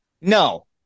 No